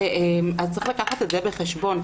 צריך לקחת את זה בחשבון.